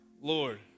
Lord